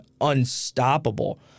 unstoppable